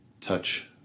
touch